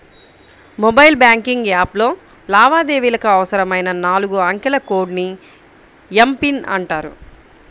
mobile banking యాప్లో లావాదేవీలకు అవసరమైన నాలుగు అంకెల కోడ్ ని ఎమ్.పిన్ అంటారు